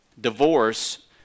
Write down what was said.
Divorce